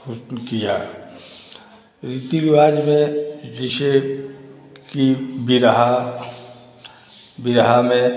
किया रीति रिवाज़ में जैसे कि बिरहा बिरहा में